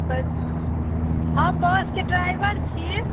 बैस हम बसके ड्राइवर छी